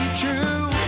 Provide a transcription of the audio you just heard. true